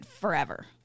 forever